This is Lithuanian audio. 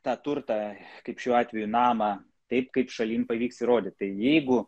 tą turtą kaip šiuo atveju namą taip kaip šalim pavyks įrodyt tai jeigu